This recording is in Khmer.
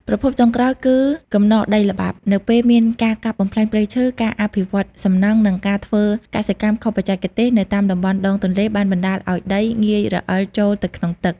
ប្រភពចុងក្រោយគឺ កំណកដីល្បាប់ នៅពេលមានការកាប់បំផ្លាញព្រៃឈើ ការអភិវឌ្ឍសំណង់ និងការធ្វើកសិកម្មខុសបច្ចេកទេសនៅតាមតំបន់ដងទន្លេ បានបណ្តាលឱ្យដីងាយរអិលចូលទៅក្នុងទឹក។